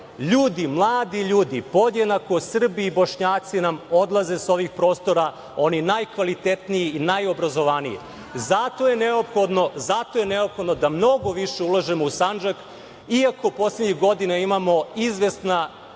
mladi ljudi podjednako Srbi, Bošnjaci nam odlaze sa ovih prostora, oni najkvalitetniji, najobrazovaniji. Zato je neophodno da mnogo više ulažemo u Sandžak iako poslednjih godina imamo izvesna